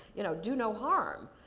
you know, do no harm.